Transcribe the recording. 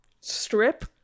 strip